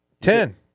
Ten